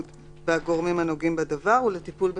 והגורמים הנוגעים בדבר לטיפול בתלונות".